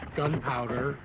gunpowder